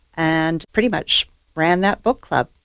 and pretty much ran that book club,